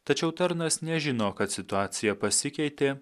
tačiau tarnas nežino kad situacija pasikeitė